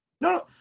No